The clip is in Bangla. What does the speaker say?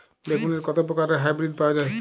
বেগুনের কত প্রকারের হাইব্রীড পাওয়া যায়?